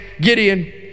Gideon